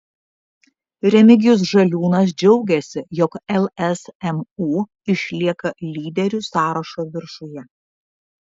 remigijus žaliūnas džiaugėsi jog lsmu išlieka lyderių sąrašo viršuje